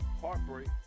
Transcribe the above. heartbreak